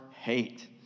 hate